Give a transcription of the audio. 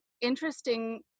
interesting